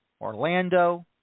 Orlando